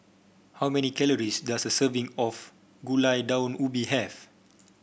how many calories does a serving of Gulai Daun Ubi have